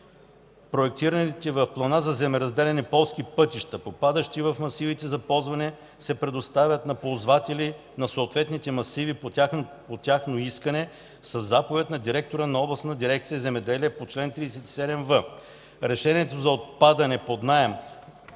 Проектираните в плана за земеразделяне полски пътищата, попадащи в масивите за ползване, се предоставят на ползватели на съответните масиви по тяхно искане със заповед на директора на областната дирекция „Земеделие” по чл. 37в. Решението за отдаване под наем